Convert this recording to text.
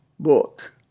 book